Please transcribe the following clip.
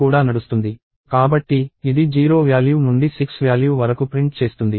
కాబట్టి ఇది 0 వ్యాల్యూ నుండి 6 వ్యాల్యూ వరకు ప్రింట్ చేస్తుంది